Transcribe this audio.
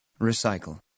Recycle